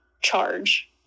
charge